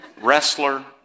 Wrestler